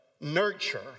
nurture